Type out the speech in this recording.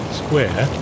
square